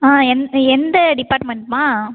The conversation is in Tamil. ஆ எந் எந்த டிப்பார்ட்மெண்ட்ம்மா